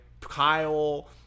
Kyle